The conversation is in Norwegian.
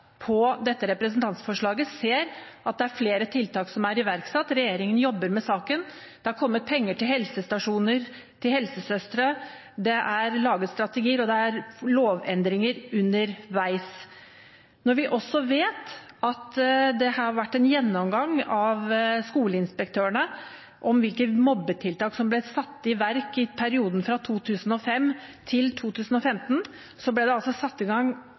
på dette representantforslaget, ser at det er flere tiltak som er iverksatt. Regjeringen jobber med saken. Det har kommet penger til helsestasjoner, til helsesøstre, det er laget strategier, og det er lovendringer underveis. Vi vet også at det har vært en gjennomgang av skoleinspektørene av hvilke mobbetiltak som ble satt i verk i perioden 2005–2015. Det ble altså satt i gang